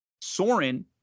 Soren